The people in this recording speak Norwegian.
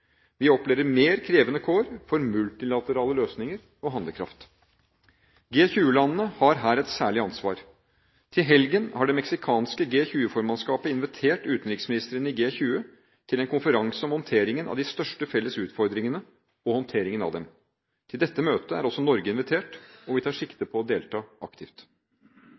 Vi opplever mer krevende kår for multilaterale løsninger og handlekraft. G20-landene har her et særlig ansvar. Til helgen har det mexicanske G20-formannskapet invitert utenriksministrene i G20 til en konferanse om håndteringen av de største felles utfordringene og håndteringen av dem. Til dette møtet er også Norge invitert, og vi tar sikte på å delta aktivt.